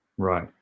Right